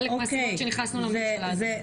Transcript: זה חלק מהסיבות שנכנסנו לממשלה הזו.